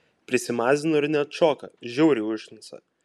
prisimazino ir neatšoka žiauriai užknisa